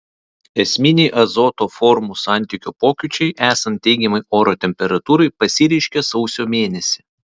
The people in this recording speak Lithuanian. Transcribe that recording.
esminiai azoto formų santykio pokyčiai esant teigiamai oro temperatūrai pasireiškia sausio mėnesį